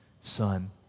son